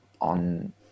on